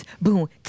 Boom